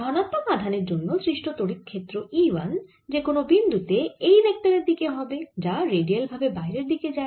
ধনাত্মক আধানের জন্য সৃষ্ট তড়িৎ ক্ষেত্র E 1 যে কোন বিন্দু তে এই ভেক্টরের দিকে হবে যা রেডিয়াল ভাবে বাইরের দিকে যায়